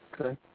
Okay